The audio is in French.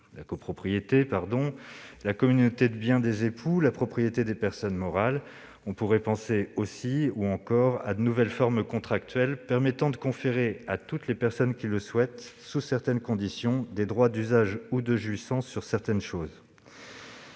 la copropriété, la communauté de biens des époux, la propriété des personnes morales -ou encore à de nouvelles formes contractuelles permettant de conférer, à toutes les personnes qui le souhaitent, sous certaines conditions, des droits d'usage ou de jouissance sur certaines choses.